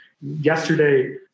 Yesterday